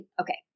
Okay